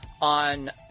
on